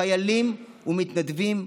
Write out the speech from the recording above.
חיילים ומתנדבים.